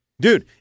Dude